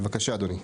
בבקשה אדוני.